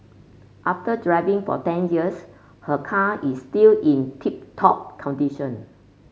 after driving for ten years her car is still in tip top condition